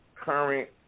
current